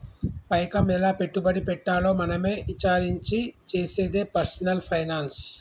పైకం ఎలా పెట్టుబడి పెట్టాలో మనమే ఇచారించి చేసేదే పర్సనల్ ఫైనాన్స్